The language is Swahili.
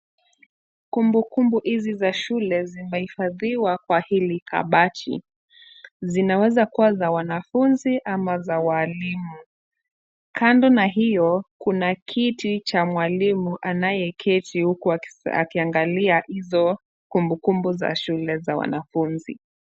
Kumbukumbu hizi za shule zimehifadhiwa kwa hili kabati. Zinaweza kuwa za wanafunzi ama za walimu. Kando na hiyo kuna kiti cha mwalimu anayeketi huku akiangalia hizo kumbukumbu za shule za wanafunzi.